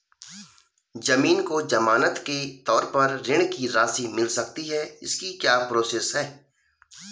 ज़मीन को ज़मानत के तौर पर ऋण की राशि मिल सकती है इसकी क्या प्रोसेस है?